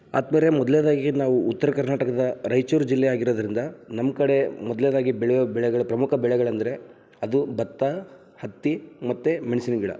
ಆತ್ಮೀಯರೆ ಮೊದ್ಲ್ನೇದಾಗಿ ನಾವು ಉತ್ತರ ಕರ್ನಾಟಕದ ರಾಯ್ಚೂರ್ ಜಿಲ್ಲೆ ಆಗಿರೋದರಿಂದ ನಮ್ಮ ಕಡೆ ಮೊದ್ಲ್ನೇದಾಗಿ ಬೆಳೆಯುವ ಬೆಳೆಗಳು ಪ್ರಮುಖ ಬೆಳೆಗಳಂದರೆ ಅದು ಭತ್ತ ಹತ್ತಿ ಮತ್ತು ಮೆಣ್ಸಿನ ಗಿಡ